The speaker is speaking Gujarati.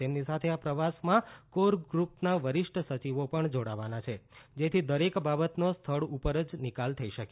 તેમની સાથે આ પ્રવાસમાં કોર ગ્રૂપના વરિષ્ઠ સચિવો પણ જોડવાના છે જેથી દરેક બાબતનો સ્થળ ઉપર જ નિકાલ થઈ શકે